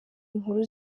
inkuru